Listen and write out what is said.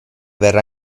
verrà